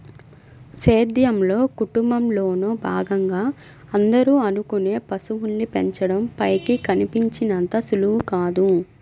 సేద్యంలో, కుటుంబంలోను భాగంగా అందరూ అనుకునే పశువుల్ని పెంచడం పైకి కనిపించినంత సులువు కాదు